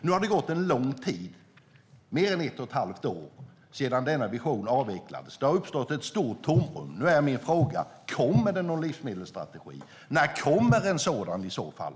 Nu har det gått lång tid, mer än ett och ett halvt år, sedan denna vision avvecklades. Det har uppstått ett stort tomrum. Nu är min fråga: Kommer det någon livsmedelsstrategi, och när kommer en sådan i så fall?